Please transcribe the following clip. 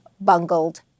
bungled